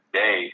day